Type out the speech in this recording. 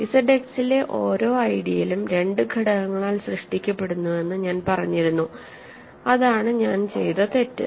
Z എക്സിലെ ഓരോ ഐഡിയലും 2 ഘടകങ്ങളാൽ സൃഷ്ടിക്കപ്പെടുന്നുവെന്ന് ഞാൻ പറഞ്ഞിരുന്നു അതാണ് ഞാൻ ചെയ്ത തെറ്റ്